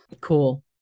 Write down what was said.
Cool